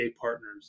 Partners